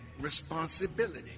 responsibility